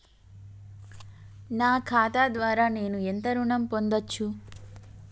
నా ఖాతా ద్వారా నేను ఎంత ఋణం పొందచ్చు?